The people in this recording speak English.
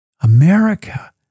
America